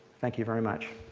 thank you very much.